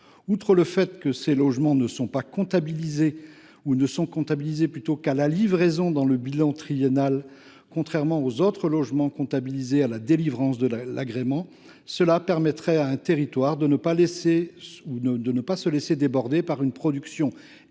Outre le fait que ces logements ne sont comptabilisés qu’à la livraison dans le bilan triennal, contrairement aux autres logements qui sont comptabilisés à la délivrance de l’agrément, cela permettrait à un territoire de ne pas se laisser déborder par une production excessive